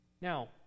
Now